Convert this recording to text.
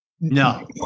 No